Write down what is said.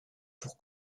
pour